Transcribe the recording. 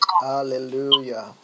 Hallelujah